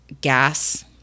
gas